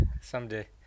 someday